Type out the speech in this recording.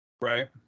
Right